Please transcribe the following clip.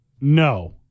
No